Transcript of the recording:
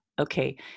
okay